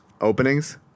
openings